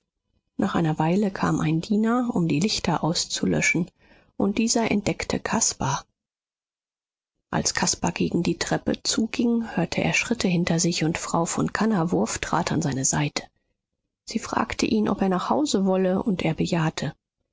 nach einer weile kam ein diener um die lichter auszulöschen und dieser entdeckte caspar als caspar gegen die treppe zu ging hörte er schritte hinter sich und frau von kannawurf trat an seine seite sie fragte ihn ob er nach hause wolle und er bejahte